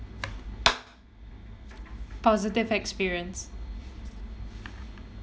positive experience